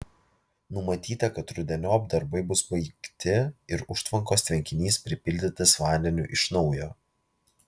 numatyta kad rudeniop darbai bus baigti ir užtvankos tvenkinys pripildytas vandeniu iš naujo